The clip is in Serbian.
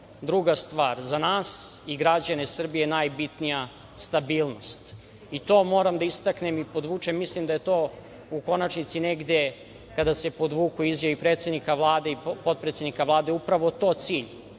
druga stvar. Za nas i građane Srbije je najbitnija stabilnost. To moram da istaknem i podvučem. Mislim da je to u konačnici negde kada se podvuku izjave i predsednika Vlade i potpredsednika Vlade, upravo to cilj,